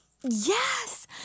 Yes